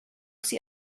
sie